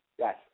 Yes